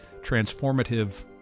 transformative